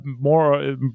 more